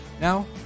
Now